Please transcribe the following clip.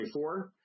24